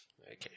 Okay